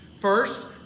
First